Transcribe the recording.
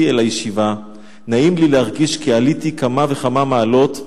אל הישיבה נעים לי להרגיש כי עליתי כמה וכמה מעלות,